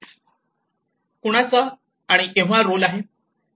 कुणाचा आणि केव्हा रोल आहे